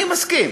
אני מסכים